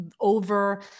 over